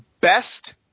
best